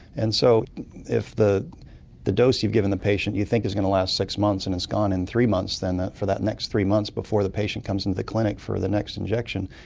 and so if the the dose you've given the patient you think is going to last six months and it's gone in three months then for that next three months before the patient comes in to the clinic for the next injection,